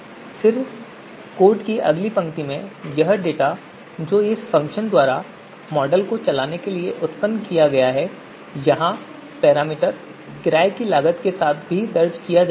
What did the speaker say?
फिर कोड की अगली पंक्ति में यह डेटा जो इस फ़ंक्शन द्वारा मॉडल को चलाने के लिए उत्पन्न किया गया है यहां पैरामीटर किराए की लागत के साथ भी दर्ज किया जा रहा है